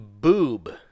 boob